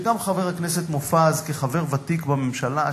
שגם חבר הכנסת מופז כחבר ותיק בממשלה,